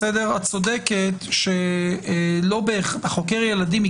את צודקת שחוקר הילדים,